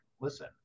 listen